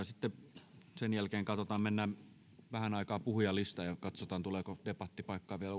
sitten sen jälkeen mennään vähän aikaa puhujalistaa ja katsotaan tuleeko debatin paikkaa vielä